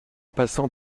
passant